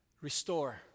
restore